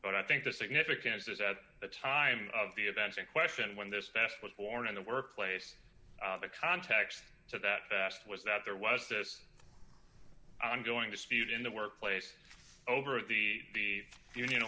but i think the significance is at the time of the event in question when this test was born in the workplace the context to that test was that there was this ongoing dispute in the workplace over the union